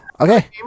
Okay